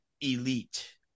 elite